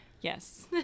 Yes